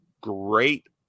great